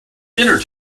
dinner